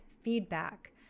feedback